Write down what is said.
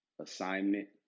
assignment